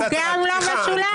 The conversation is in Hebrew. הוא גם לא מהשוליים.